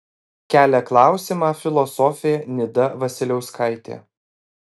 kelia klausimą filosofė nida vasiliauskaitė